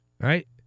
Right